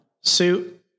suit